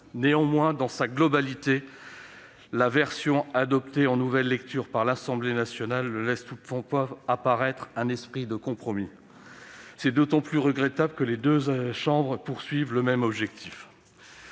Néanmoins, dans sa globalité, la version adoptée en nouvelle lecture par l'Assemblée nationale ne laisse pas apparaître un esprit de compromis. C'est d'autant plus regrettable que les deux chambres visent les mêmes objectifs.